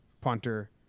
punter